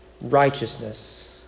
righteousness